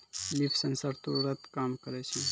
leaf sensor तुरत काम करै छै